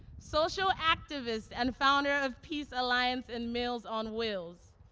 social activist and founder of peace alliance and meals on wheels.